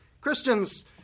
Christians